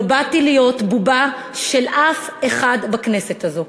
לא באתי להיות בובה של אף אחד בכנסת הזו.